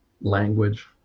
language